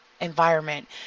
environment